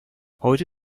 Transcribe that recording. heute